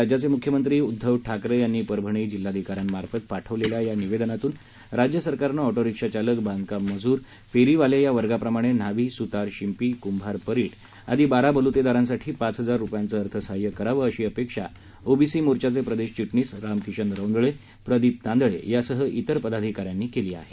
राज्याचे मुख्यमंत्री उध्दव ठाकरे यांना परभणी जिल्हाधिकाऱ्यांमार्फत पाठविलेल्या या निवेदनातून राज्य सरकारने ऑटोरिक्षा चालक बांधकाम मजूर फेरीवाले या वर्गाप्रमाणे न्हावी सुतार शिंपी कुंभार परीट आदी बारा बलुतेदारांसाठी पाच हजार रुपयांचे अर्थसहाय्य करावे अशी अपेक्षा ओबीसी मोर्चाचे प्रदेश चिटणीस रामकिशन रौंदळे प्रदीप तांदळे यासह तिर पदाधिका यांनी व्यक्त केली आहे